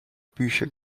bücher